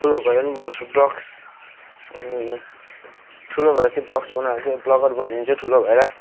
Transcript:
ठुलो भएर म पनि बनाउछु ब्लग्स अनि ठुलो भएर चाहिँ ब्लग्स बनाएर चाहिँ ब्लगर बनिन्छु ठुलो भएर